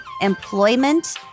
employment